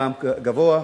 פעם גבוה,